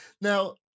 Now